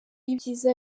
ibyiza